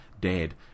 dead